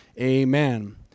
amen